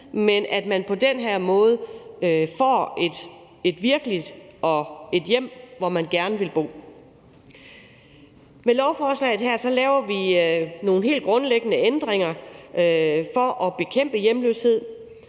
ved at man på den her måde får et virkeligt hjem, hvor man gerne vil bo. Med lovforslaget her laver vi nogle helt grundlæggende ændringer for at bekæmpe hjemløshed,